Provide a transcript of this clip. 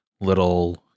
little